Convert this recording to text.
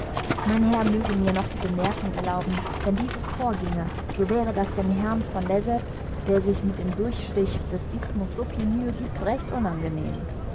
mein herr möge mir noch die bemerkung erlauben wenn dieses vorginge so wäre das dem herrn von lesseps der sich mit dem durchstich des isthmus so viel mühe giebt recht unangenehm